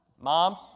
Moms